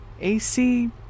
AC